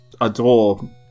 adore